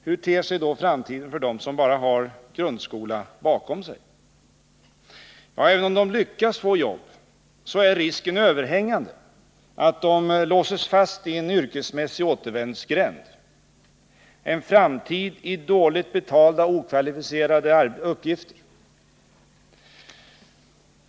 Hur ter sig då framtiden för dem som bara har grundskola bakom sig? Även om de lyckas få jobb, är risken överhängande att de låses fast i en yrkesmässig återvändsgränd, en framtid i dåligt betalda och okvalificerade uppgifter.